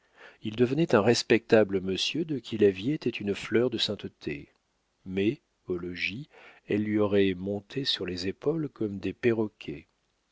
il devenait un respectable monsieur de qui la vie était une fleur de sainteté mais au logis elles lui auraient monté sur les épaules comme des perroquets